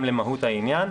גם למהות העניין.